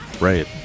Right